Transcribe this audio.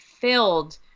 filled